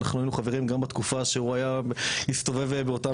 אנחנו היינו חברים גם בתקופה שהוא הסתובב באותם מקומות.